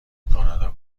کانادا